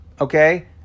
okay